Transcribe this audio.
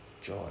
joy